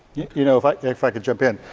you know if i if i could jump in,